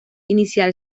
inicial